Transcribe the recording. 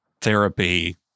therapy